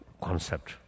concept